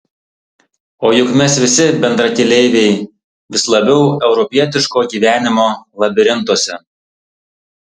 o juk mes visi bendrakeleiviai vis labiau europietiško gyvenimo labirintuose